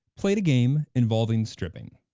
played a game involving stripping.